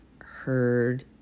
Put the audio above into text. heard